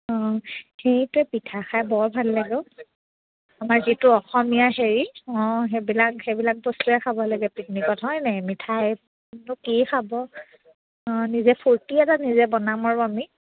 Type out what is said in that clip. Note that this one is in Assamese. অঁ সেইটোৱে পিঠা খাই বৰ ভাল লাগে অ' আমাৰ যিটো অসমীয়া হেৰি অঁ সেইবিলাক সেইবিলাক বস্তুৱে খাব লাগে পিকনিকত হয়নে মিঠাইনো কি খাব অঁ নিজে ফূৰ্তি এটা নিজে বনাম আৰু আমি